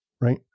Right